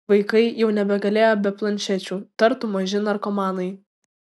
vaikai jau nebegalėjo be planšečių tartum maži narkomanai